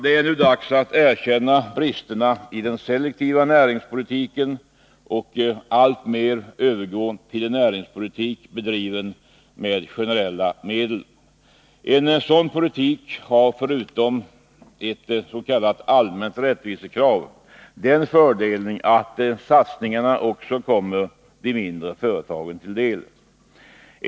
Det är nu dags att erkänna bristerna i den selektiva näringspolitiken och alltmer övergå till en näringspolitik bedriven med generella medel. En sådan politik har, förutom att den tillgodoser ett ”allmänt rättvisekrav”, den fördelen att satsningarna också kommer de mindre företagen till del.